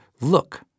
look